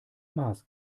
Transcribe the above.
maß